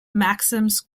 maxims